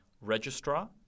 registrar